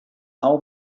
how